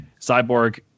Cyborg